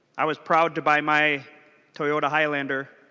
i was proud to buy my toyota highlander